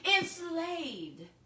Enslaved